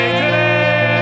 today